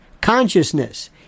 Consciousness